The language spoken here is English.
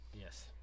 Yes